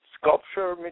sculpture